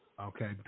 Okay